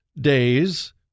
days